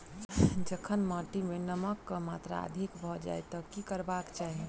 जखन माटि मे नमक कऽ मात्रा अधिक भऽ जाय तऽ की करबाक चाहि?